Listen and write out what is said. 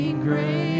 Great